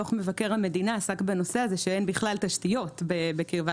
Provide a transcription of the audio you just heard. דוח מבקר המדינה עסק בנושא הזה שאין בכלל תשתיות בקרבת